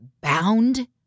bound